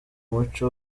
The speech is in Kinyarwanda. muco